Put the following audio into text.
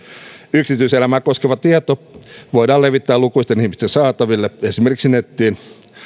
yksityiselämää koskeva tieto voidaan levittää lukuisten ihmisten saataville esimerkiksi nettiin